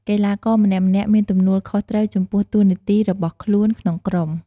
កីឡាករម្នាក់ៗមានទំនួលខុសត្រូវចំពោះតួនាទីរបស់ខ្លួនក្នុងក្រុម។